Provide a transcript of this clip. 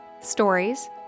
stories